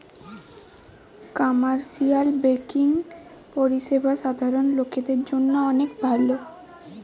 commercial banking পরিষেবা সাধারণ লোকের জন্য অনেক ভালো